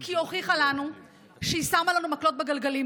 כי היא הוכיחה לנו שהיא שמה לנו מקלות בגלגלים.